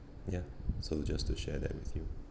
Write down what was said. ya so just to share that with you